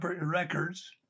records